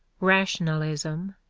rationalism,